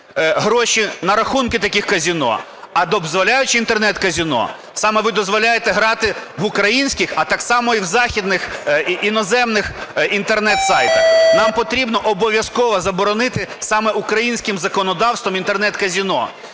гроші на рахунки таких казино, а дозволяючи Інтернет-казино, саме ви дозволяєте грати в українських, а так само і в західних іноземних Інтернет-сайтах. Нам потрібно обов'язково заборонити саме українським законодавством Інтернет-казино.